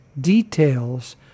details